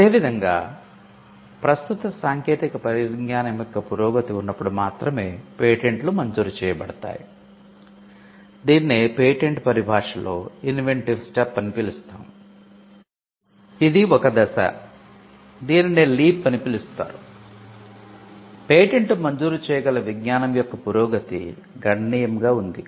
అదేవిధంగా ప్రస్తుత సాంకేతిక పరిజ్ఞానం యొక్క పురోగతి ఉన్నప్పుడు మాత్రమే పేటెంట్లు మంజూరు చేయగల విజ్ఞానం యొక్క పురోగతి గణనీయముగా ఉంది